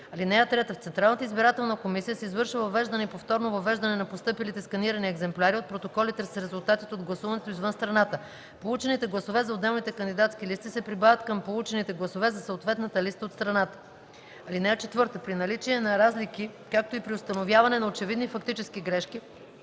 (3) В Централната избирателна комисия се извършва въвеждане и повторно въвеждане на постъпилите сканирани екземпляри от протоколите с резултатите от гласуването извън страната. Получените гласове за отделните кандидатски листи се прибавят към получените гласове за съответната листа от страната. (4) При наличие на разлики, както и при установяване на очевидни фактически грешки,